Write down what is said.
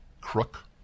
crook